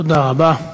תודה רבה.